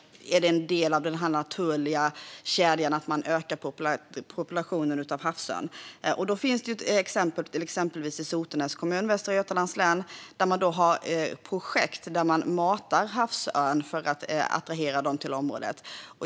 En ökad population av havsörn är då en del av den naturliga kedjan. Exempelvis i Sotenäs kommun i Västra Götalands län har man projekt där man matar havsörn för att attrahera dem till området.